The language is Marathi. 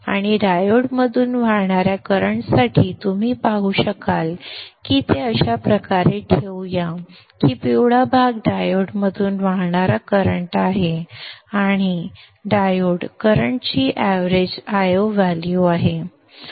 आणि डायोडमधून वाहणार्या करंटसाठी तुम्ही पाहू शकाल की ते अशा प्रकारे ठेवूया की पिवळा भाग डायोडमधून वाहणारा करंट आहे आणि डायोड करंटची एवरेज Io व्हॅल्यू आहे